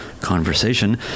conversation